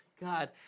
God